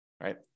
right